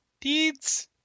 deeds